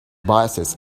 biases